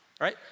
Right